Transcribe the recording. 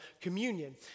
communion